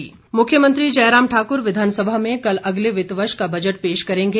प्रसारण मुख्यमंत्री जयराम ठाकुर विधानसभा में कल अगले वित्त वर्ष का बजट पेश करेंगे